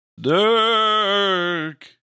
Dirk